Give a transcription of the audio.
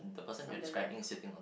from the left